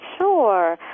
Sure